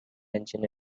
engine